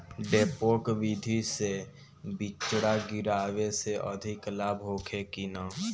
डेपोक विधि से बिचड़ा गिरावे से अधिक लाभ होखे की न?